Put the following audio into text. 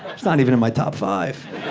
that's not even in my top five.